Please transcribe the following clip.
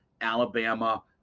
Alabama